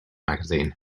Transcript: magazine